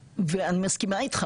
ואני לא אומר את זה